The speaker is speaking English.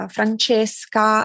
Francesca